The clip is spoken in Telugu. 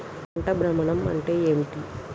పంట భ్రమణం అంటే ఏంటి?